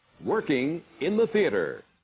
working in the theatre,